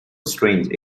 strange